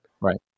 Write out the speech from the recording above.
Right